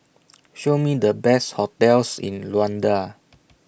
Show Me The Best hotels in Luanda